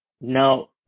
Now